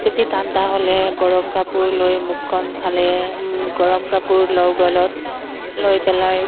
বেছি ঠাণ্ডা হ'লে গৰম কাপোৰ লৈ মুখখন ফালে গৰম কাপোৰ লওঁ গলত লৈ পেলাই